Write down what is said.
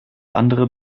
andere